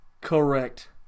Correct